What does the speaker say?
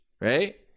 right